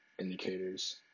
indicators